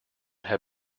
have